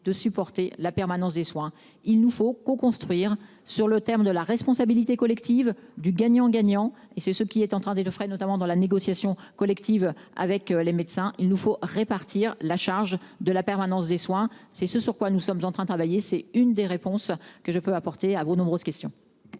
de supporter la permanence des soins. Il nous faut construire sur le thème de la responsabilité collective du gagnant gagnant et c'est ce qui est en train d'être au frais, notamment dans la négociation collective avec les médecins, il nous faut répartir la charge de la permanence des soins c'est ce sur quoi nous sommes en train de travailler, c'est une des réponses que je peux apporter à vos nombreuses questions.--